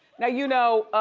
now, you know,